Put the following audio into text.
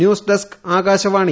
news desk Akashvani